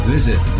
Visit